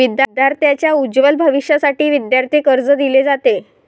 विद्यार्थांच्या उज्ज्वल भविष्यासाठी विद्यार्थी कर्ज दिले जाते